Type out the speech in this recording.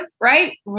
right